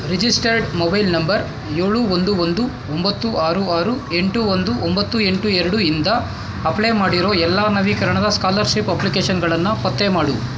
registered mobile number ಏಳು ಒಂದು ಒಂದು ಒಂಬತ್ತು ಆರು ಆರು ಎಂಟು ಒಂದು ಒಂಬತ್ತು ಎಂಟು ಎರಡು ಇಂದ ಅಪ್ಲೈ ಮಾಡಿರೋ ಎಲ್ಲ ನವೀಕರಣದ ಸ್ಕಾಲರ್ಷಿಪ್ ಅಪ್ಲಿಕೇಷನ್ಗಳನ್ನು ಪತ್ತೆ ಮಾಡು